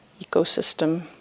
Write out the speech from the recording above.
ecosystem